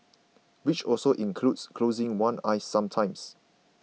which also includes closing one eye sometimes